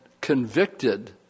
convicted